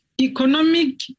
economic